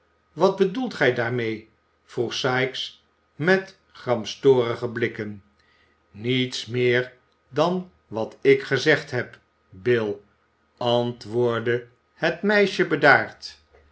wat bedoelt gij daarmee vroeg sikes met gramstorige blikken niets meer dan wat ik gezegd heb bill antwoordde het meisje bedaard